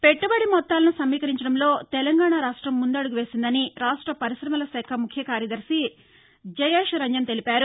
ను పెట్టుబడి మొత్తాలను సమీకరించడంలో తెలంగాణ రాష్టం ముందుడగు వేసిందని రాష్ట పర్శిశమల శాఖ ముఖ్య కార్యదర్శి జయేశ్ రంజన్ తెలిపారు